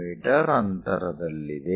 me ಅಂತರದಲ್ಲಿದೆ